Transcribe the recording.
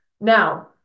Now